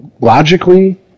logically